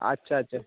আচ্ছা আচ্ছা